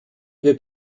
wird